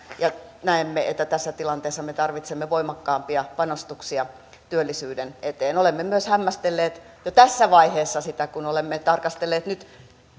ja että tässä tilanteessa me tarvitsemme voimakkaampia panostuksia työllisyyden eteen olemme myös hämmästelleet jo tässä vaiheessa kun olemme tarkastelleet nyt